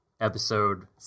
Episode